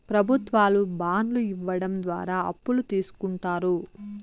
ప్రభుత్వాలు బాండ్లు ఇవ్వడం ద్వారా అప్పులు తీస్కుంటారు